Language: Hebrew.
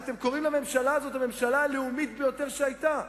הרי אתם קוראים לממשלה הזאת הממשלה הלאומית ביותר שהיתה.